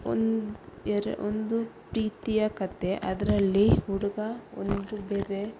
ಒಂದು ಎರ ಒಂದು ಪ್ರೀತಿಯ ಕಥೆ ಅದರಲ್ಲಿ ಹುಡುಗ ಒಂದು ಬೇರೆ